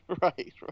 right